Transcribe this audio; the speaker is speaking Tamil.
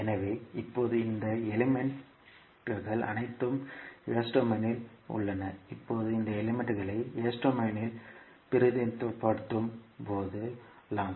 எனவே இப்போது இந்த எலிமெண்ட்கள் அனைத்தும் s டொமைனில் உள்ளன இப்போது இந்த எலிமெண்ட்களை elements s டொமைனில் பிரதிநிதித்துவப்படுத்தலாம்